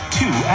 two